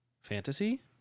fantasy